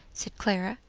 said clara.